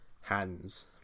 hands